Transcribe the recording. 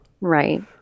right